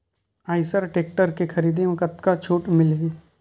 Eicher tractor के खरीदी म कतका छूट मिलही?